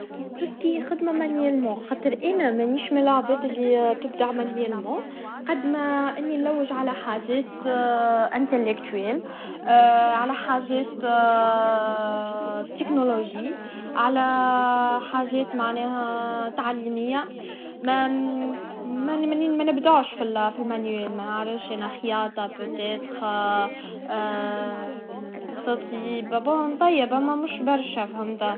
ما نتصورش نكون جيد في الوظائف التقنية المعقدة، كيما البرمجة أو الهندسة. هذه الأمور تحتاج تركيز كبير وصبر، ومش من نقاط قوتي. أفضل العمل مع الناس، حيث يمكنني التعبير عن نفسي. إذا كان شغلي يتطلب جلوس طويل أمام الكمبيوتر، نحب نبتعد عن هالمجال ونبحث عن شيء يناسبني أكثر.